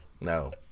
No